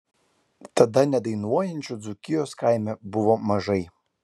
tada nedainuojančių dzūkijos kaime buvo mažai